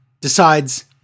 decides